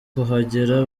kuhagera